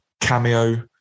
cameo